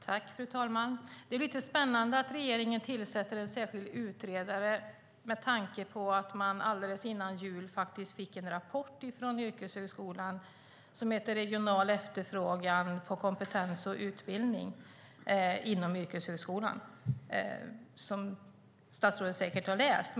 Fru talman! Det är lite spännande att regeringen tillsätter en särskild utredare, med tanke på att det alldeles före jul kom en rapport från yrkeshögskolan som heter Regional efterfrågan på kompetens och utbildning inom yrkeshögskolan , som statsrådet säkert har läst.